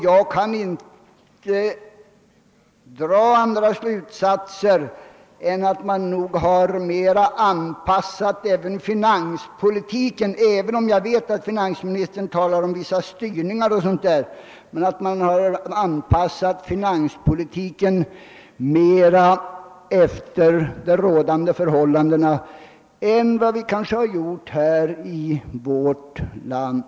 Jag kan inte dra någon annan slutsats än att man där bättre har anpassat finanspolitiken — även om jag vet att finansministern i detta sammanhang talar om vissa styrningar — till de rådande förhållandena än vi gjort i vårt land.